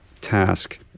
task